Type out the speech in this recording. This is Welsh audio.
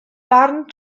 barn